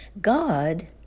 God